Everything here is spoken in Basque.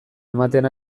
ematen